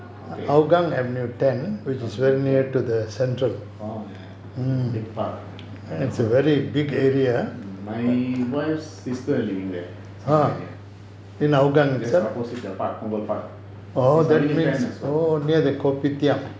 okay avenue ten orh ya ya big park right my wife's sister living there somewhere near just opposite the park punggol park it's avenue ten as well